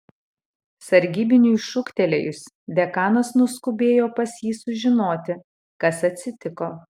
sargybiniui šūktelėjus dekanas nuskubėjo pas jį sužinoti kas atsitiko